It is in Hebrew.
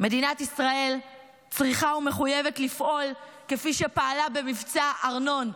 מדינת ישראל צריכה ומחויבת לפעול כפי שפעלה במבצע ארנון,